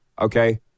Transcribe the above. Okay